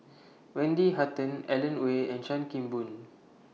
Wendy Hutton Alan Oei and Chan Kim Boon